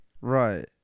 Right